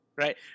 right